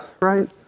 right